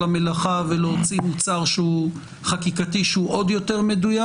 המלאכה ולהוציא מוצר חקיקתי שהוא עוד יותר מדויק,